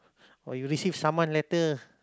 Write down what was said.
or you receive saman letter